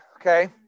Okay